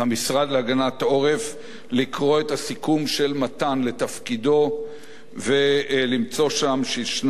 לקרוא את הסיכום של מתן לתפקידו ולמצוא שם שישנה השקעה של